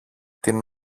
την